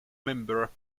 member